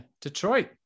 Detroit